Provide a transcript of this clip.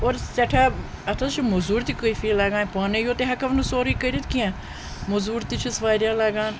اور سٮ۪ٹھاہ اَتھ حظ چھِ مزوٗرۍ تہِ کٲفی لَگان پانٔے یوت تہِ ہیٚکو نہٕ سورُے کٔرِتھ کیٚنٛہہ مُزوٗر تہِ چھِس واریاہ لَگان